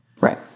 Right